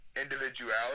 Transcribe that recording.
individuality